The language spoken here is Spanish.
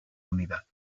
unidad